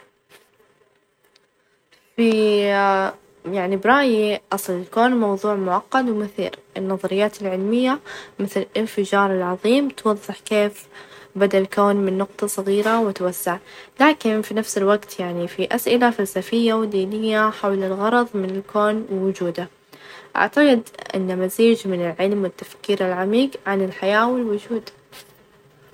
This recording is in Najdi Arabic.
المعتقد اللي مهم لي هو قيمة الإحترام المتبادل، يعني أعتقد إنه مهما إختلف الآراء، أو الثقافات الإحترام هو الأساس في أي علاقة، إذا تعلمنا نحترم بعظ نقدر نتفاهم، ونتعاون بشكل أفظل ،وهذا يساعد في بناء مجتمع صحي، ومتماسك.